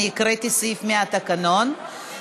קראתי סעיף מהתקנון,